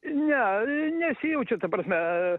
ne nesijaučia ta prasme